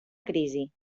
crisi